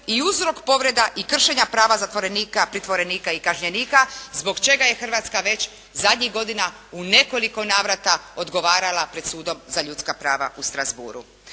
i uzrok povreda i kršenja prava zatvorenika, pritvorenika i kažnjenika zbog čega je Hrvatska već zadnjih godina u nekoliko navrata odgovarala pred Sudom za ljudska prava u Strasbourgu.